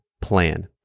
plan